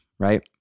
Right